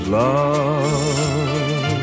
love